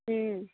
ம்